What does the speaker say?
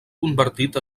convertit